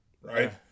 right